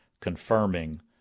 confirming